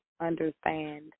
understand